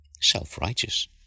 Self-righteous